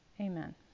Amen